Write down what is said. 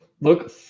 look